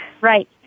Right